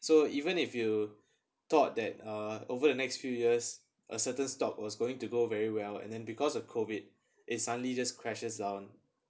so even if you thought that uh over the next few years a certain stock was going to go very well and then because of COVID it suddenly just crashes down